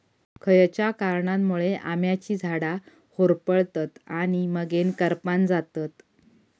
खयच्या कारणांमुळे आम्याची झाडा होरपळतत आणि मगेन करपान जातत?